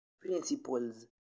principles